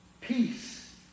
Peace